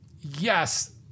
yes